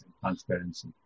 transparency